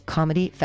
Comedy